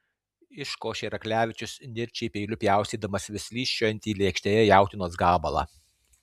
iškošė raklevičius nirčiai peiliu pjaustydamas vis slysčiojantį lėkštėje jautienos gabalą